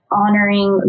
honoring